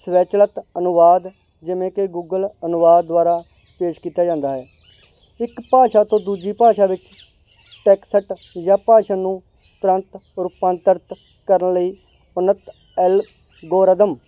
ਸਵੈਚਲਿਤ ਅਨੁਵਾਦ ਜਿਵੇਂ ਕਿ ਗੁੱਗਲ ਅਨੁਵਾਦ ਦੁਆਰਾ ਪੇਸ਼ ਕੀਤਾ ਜਾਂਦਾ ਹੈ ਇੱਕ ਭਾਸ਼ਾ ਤੋਂ ਦੂਜੀ ਭਾਸ਼ਾ ਵਿੱਚ ਟੈਕਸਟ ਜਾਂ ਭਾਸ਼ਾ ਨੂੰ ਤੁਰੰਤ ਰੁਪਾਂਤ੍ਰਿਤ ਕਰਨ ਲਈ ਉੱਨਤ ਐੱਲਗੋਰਦਮ